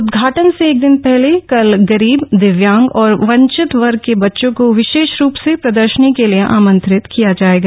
उदघाटन से एक दिन पहले कल गरीब दिव्यांग और वंचित वर्ग के बच्चों को विशेष रूप से प्रदर्शनी के लिए आमंत्रित किया जायेगा